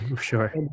sure